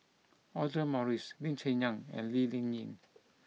Audra Morrice Lee Cheng Yan and Lee Ling Yen